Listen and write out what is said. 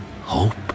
hope